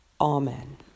Amen